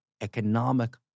economic